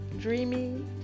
dreamy